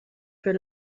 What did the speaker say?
für